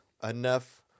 Enough